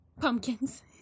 Pumpkins